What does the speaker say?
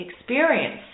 experience